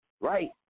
Right